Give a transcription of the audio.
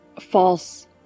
False